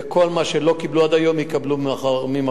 וכל מה שלא קיבלו עד היום יקבלו ממחר.